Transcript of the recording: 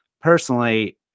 personally